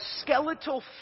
skeletal